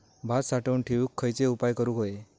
भात साठवून ठेवूक खयचे उपाय करूक व्हये?